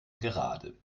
gerade